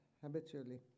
habitually